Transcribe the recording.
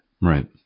Right